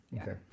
okay